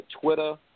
Twitter